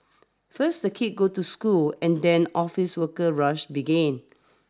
first the kids go to school and then office worker rush begins